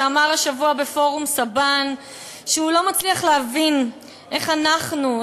שאמר השבוע בפורום סבן שהוא לא מצליח להבין איך אנחנו,